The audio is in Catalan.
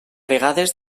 vegades